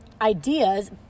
Ideas